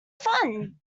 fun